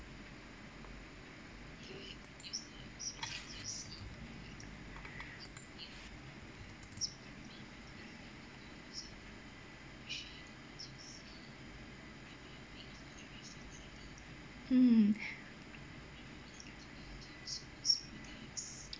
hmm